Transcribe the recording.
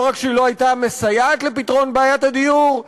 לא רק שהיא לא הייתה מסייעת לפתרון בעיית הדיור,